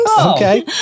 Okay